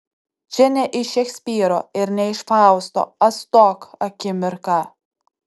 čia ne iš šekspyro ir ne iš fausto atstok akimirka